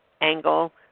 angle